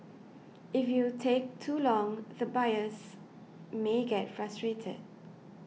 if you take too long the buyers may get frustrated